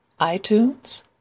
iTunes